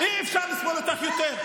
אי-אפשר לסבול אותך יותר.